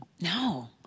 No